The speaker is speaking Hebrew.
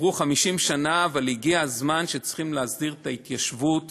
עברו 50 שנה, אבל הגיע הזמן להסדיר את ההתיישבות